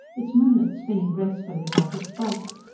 its moonlets spinning gracefully about its bulk.